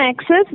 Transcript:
access